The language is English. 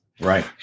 Right